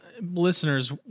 listeners